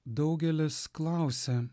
daugelis klausia